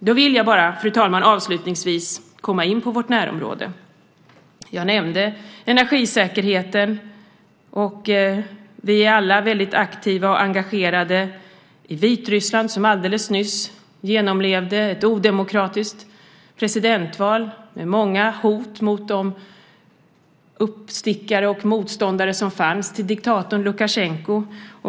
Avslutningsvis, fru talman, vill jag komma in på vårt närområde. Jag nämnde energisäkerheten. Vi är alla väldigt aktiva och engagerade när det gäller Vitryssland som alldeles nyss genomlevde ett odemokratiskt presidentval med många hot mot de uppstickare och motståndare som fanns till diktatorn Lukasjenko.